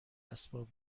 اسباب